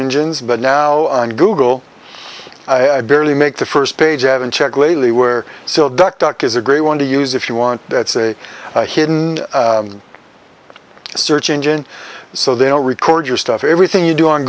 engines but now on google i barely make the first page i haven't checked lately were so duck duck is a great one to use if you want that's a hidden search engine so they all record your stuff everything you do on